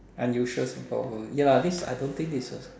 unusual super power ya lah this I don't think this is a